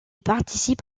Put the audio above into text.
participe